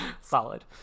solid